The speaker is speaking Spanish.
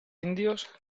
indios